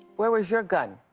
where was your gun?